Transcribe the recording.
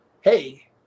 hey